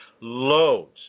loads